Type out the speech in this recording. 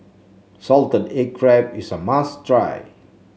Salted Egg Crab is a must try